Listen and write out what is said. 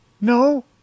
No